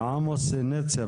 עמוס נצר,